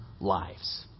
lives